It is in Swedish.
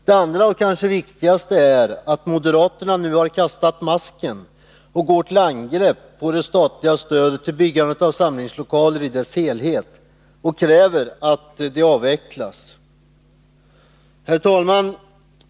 Det andra och kanske viktigaste är att moderaterna nu har kastat masken och går till angrepp på det statliga stödet till byggande av samlingslokaler i dess helhet och kräver att det avvecklas. Herr talman!